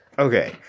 Okay